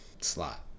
slot